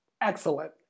excellent